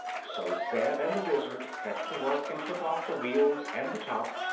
so zeb and the wizard set to work and took off the wheels and the top,